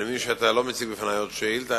אני מבין שאתה לא מציג לפני עוד שאילתא,